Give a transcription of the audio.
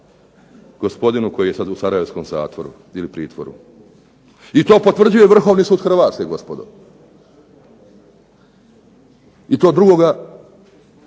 gospodinu koji je sada u sarajevskom zatvoru ili pritvoru. I to potvrđuje Vrhovni sud Hrvatske gospodo. I to 2.